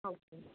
okay